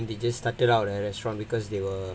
I think they just started out a restaurant because they were